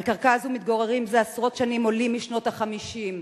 על הקרקע הזאת מתגוררים זה עשרות שנים עולים משנות ה-50.